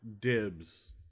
dibs